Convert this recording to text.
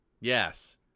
Yes